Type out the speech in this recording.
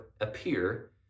appear